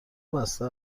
بسته